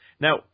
Now